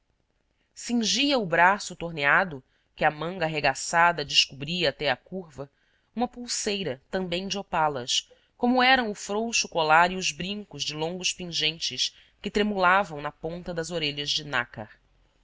cingia o braço torneado que a manga arregaçada descobria até a curva uma pulseira também de opalas como eram o frouxo colar e os brincos de longos pingentes que tremulavam na ponta das orelhas de